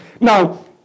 Now